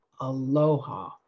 Aloha